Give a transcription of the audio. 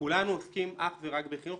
כולנו עוסקים אך ורק בחינוך.